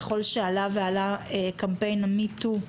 ככל שעלה ועלה קמפיין המי-טו,